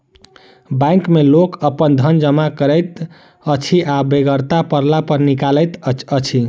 bank मे लोक अपन धन जमा करैत अछि आ बेगरता पड़ला पर निकालैत अछि